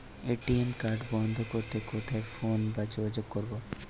ATM card বন্ধ করতে কোথায় ফোন বা যোগাযোগ করব?